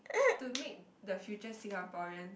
to make the future Singaporean